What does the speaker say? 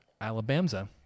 Alabama